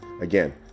Again